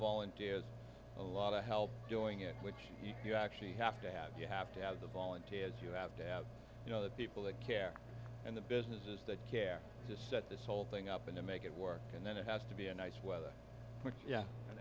volunteers a lot of help doing it which you actually have to have you have to have the volunteers you have to have you know the people that care and the businesses that care to set this whole thing up and make it work and then it has to be a nice weather which yeah an